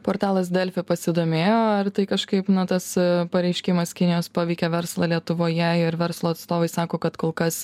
portalas delfi pasidomėjo ar tai kažkaip na tas pareiškimas kinijos paveikė verslą lietuvoje ir verslo atstovai sako kad kol kas